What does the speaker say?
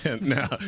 Now